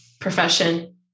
profession